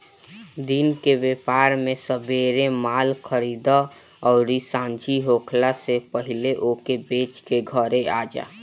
दिन कअ व्यापार में सबेरे माल खरीदअ अउरी सांझी होखला से पहिले ओके बेच के घरे आजा